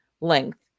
length